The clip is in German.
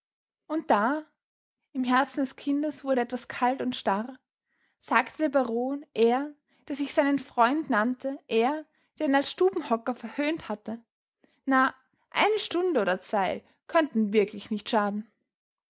und da im herzen des kindes wurde etwas kalt und starr sagte der baron er der sich seinen freund nannte er der ihn als stubenhocker verhöhnt hatte na eine stunde oder zwei könnten wirklich nicht schaden